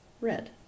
red